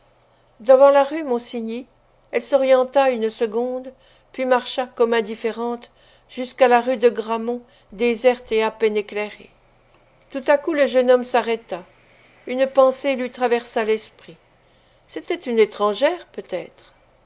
devant la rue monsigny elle s'orienta une seconde puis marcha comme indifférente jusqu'à la rue de grammont déserte et à peine éclairée tout à coup le jeune homme s'arrêta une pensée lui traversa l'esprit c'était une étrangère peut-être